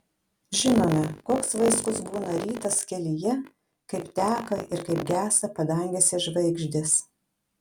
žinome koks vaiskus būna rytas kelyje kaip teka ir kaip gęsta padangėse žvaigždės